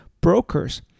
brokers